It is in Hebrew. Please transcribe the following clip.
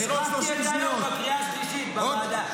החלפתי את היו"ר בקריאה השלישית בוועדה.